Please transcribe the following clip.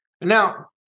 Now